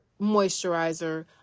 moisturizer